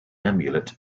amulet